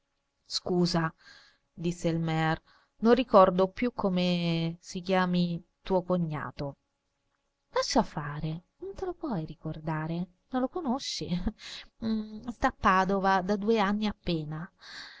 scusa disse il mear non ricordo più come si chiami tuo cognato lascia fare non te lo puoi ricordare non lo conosci sta a padova da due anni appena